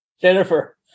Jennifer